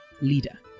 leader